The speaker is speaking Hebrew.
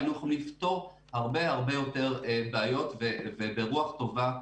היינו יכולים לפתור הרבה יותר בעיות וברוח טובה.